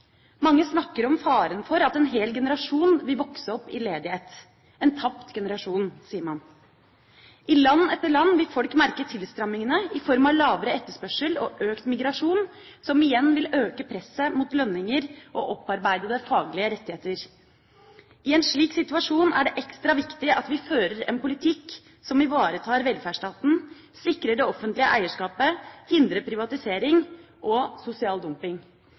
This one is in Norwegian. Mange snakker om faren for at en hel generasjon vil vokse opp i ledighet. En tapt generasjon, sier man. I land etter land vil folk merke tilstrammingene, i form av lavere etterspørsel og økt migrasjon, som igjen vil øke presset mot lønninger og opparbeidede faglige rettigheter. I en slik situasjon er det ekstra viktig at vi fører en politikk som ivaretar velferdsstaten, sikrer det offentlige eierskapet, hindrer privatisering og sosial dumping.